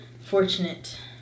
fortunate